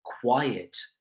quiet